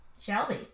Shelby